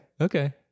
Okay